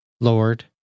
Lord